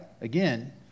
Again